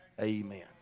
Amen